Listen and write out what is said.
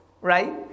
Right